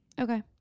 okay